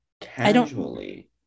casually